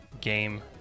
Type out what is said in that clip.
game